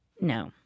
No